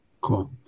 Cool